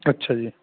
ਅੱਛਾ ਜੀ